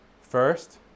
First